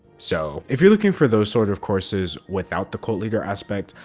so if you're looking for those sort of courses without the cult leader aspect,